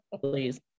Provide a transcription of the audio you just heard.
Please